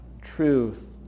truth